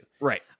right